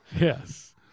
Yes